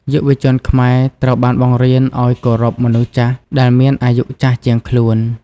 យុវជនខ្មែរត្រូវបានបង្រៀនឱ្យគោរពមនុស្សចាស់ដែលមានអាយុចាស់ជាងខ្លួន។